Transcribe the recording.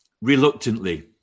reluctantly